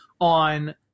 on